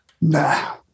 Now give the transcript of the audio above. Nah